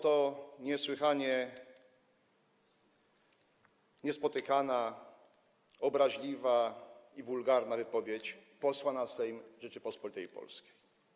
To niesłychanie niespotykana, obraźliwa i wulgarna wypowiedź posła na Sejm Rzeczypospolitej Polskiej.